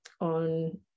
on